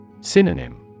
Synonym